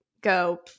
go